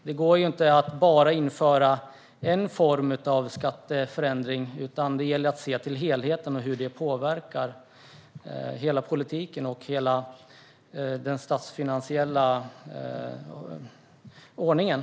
Det går inte att bara införa en form av skatteförändring, utan det gäller att se till helheten och hur det påverkar hela politiken och hela den statsfinansiella ordningen.